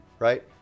Right